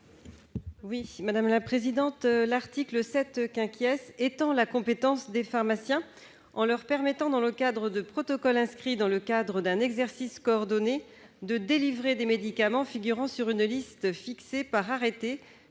Élisabeth Doineau. L'article 7 étend la compétence des pharmaciens en leur permettant, dans le cadre de protocoles inscrits dans un exercice coordonné, de délivrer des médicaments figurant sur une liste fixée par arrêté